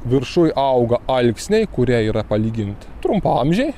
viršuj auga alksniai kurie yra palygint trumpaamžiai